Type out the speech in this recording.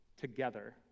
together